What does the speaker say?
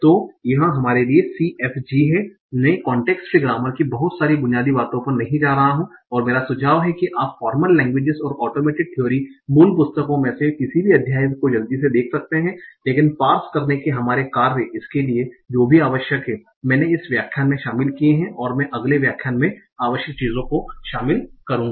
तो यह हमारे लिए CFG है मैं कांटेक्स्ट फ्री ग्रामर की बहुत सारी बुनियादी बातों पर नहीं जा रहा हूं और मेरा सुझाव है कि आप फॉर्मल लेंगवेजस और ओटोमेटेड थियोरी मूल पुस्तकों में से किसी भी अध्याय को जल्दी से देख सकते हैं लेकिन पार्स करने के हमारे कार्य इसके लिए जो भी आवश्यक है मैंने इस व्याख्यान में शामिल किए हैं और मैं अगले व्याख्यान में आवश्यक चीजों को शामिल करूंगा